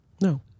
no